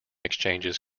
exchanges